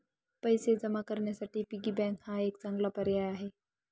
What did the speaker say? पैसे जमा करण्यासाठी पिगी बँक हा एक चांगला पर्याय आहे